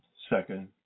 second